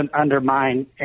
undermine